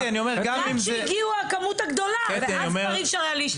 אחר-כך הגיעה הכמות הגדולה ואז כבר אי אפשר היה להשתלט.